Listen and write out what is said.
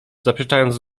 zaprzeczając